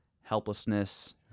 helplessness